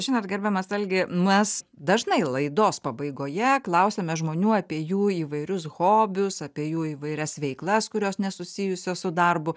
žinot gerbiamas algi mes dažnai laidos pabaigoje klausiame žmonių apie jų įvairius hobius apie jų įvairias veiklas kurios nesusijusios su darbu